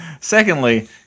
Secondly